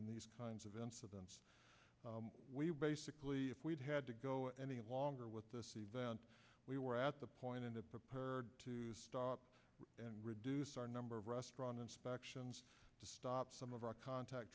in these kinds of incidents we basically if we'd had to go any longer with this event we were at the point in the prepared to stop and reduce our number of restaurant inspections to stop some of our contact